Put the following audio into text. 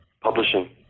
publishing